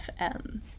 FM